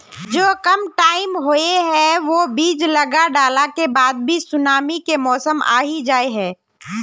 जो कम टाइम होये है वो बीज लगा डाला के बाद भी सुनामी के मौसम आ ही जाय है?